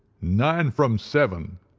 nine from seven,